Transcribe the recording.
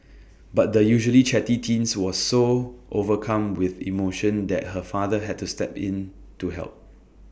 but the usually chatty teen was so overcome with emotion that her father had to step in to help